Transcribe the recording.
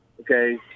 okay